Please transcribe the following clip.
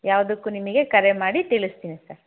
ಯಾವುದಕ್ಕೂ ನಿಮಗೆ ಕರೆ ಮಾಡಿ ತಿಳಿಸ್ತೀನಿ ಸರ್